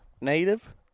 native